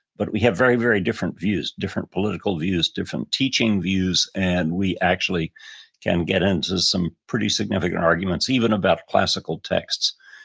but we have very, very different views, different political views, different teaching views, and we actually can get into some pretty significant arguments even about classical texts.